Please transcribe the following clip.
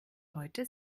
heute